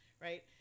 right